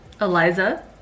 Eliza